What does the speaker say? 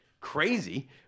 crazy